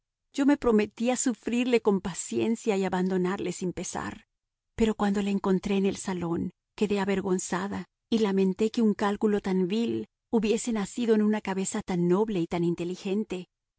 yo me prometía sufrirle con paciencia y abandonarle sin pesar pero cuando le encontré en el salón quedé avergonzada y lamenté que un cálculo tan vil hubiese nacido en una cabeza tan noble y tan inteligente